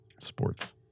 sports